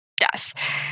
yes